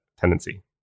tendency